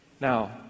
Now